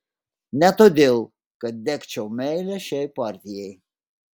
ne todėl kad degčiau meile šiai partijai